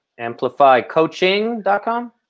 Amplifycoaching.com